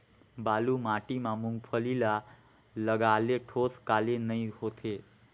बालू माटी मा मुंगफली ला लगाले ठोस काले नइ होथे?